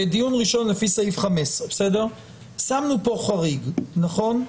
דיון ראשון לפי סעיף 15. שמנו פה חריג, נכון?